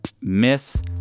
Miss